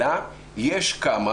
אלא יש כמה